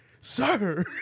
Sir